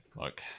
Look